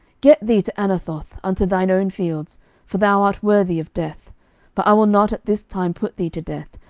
get thee to anathoth, unto thine own fields for thou art worthy of death but i will not at this time put thee to death,